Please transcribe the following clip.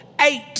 Eight